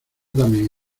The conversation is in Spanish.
también